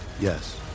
Yes